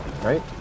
right